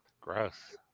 Gross